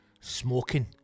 smoking